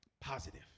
positive